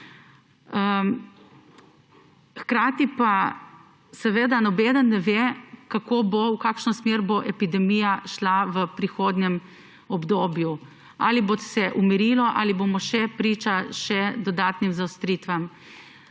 Hkrati pa nobeden ne ve, v kakšno smer bo epidemija šla v prihodnjem obdobju, ali se bo umirilo ali bomo priče še dodatnim zaostritvam.